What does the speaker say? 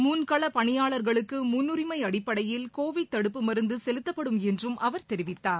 முன்களப் பணியாளர்களுக்கு முன்னுரிமை அடிப்படையில் கோவிட் தடுப்பு மருந்து செலுத்தப்படும் என்றும் அவர் தெரிவித்தார்